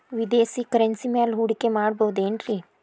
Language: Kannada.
ವಿದೇಶಿ ಕರೆನ್ಸಿ ಮ್ಯಾಲೆ ಹೂಡಿಕೆ ಮಾಡಬಹುದೇನ್ರಿ?